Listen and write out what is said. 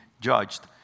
judged